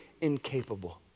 incapable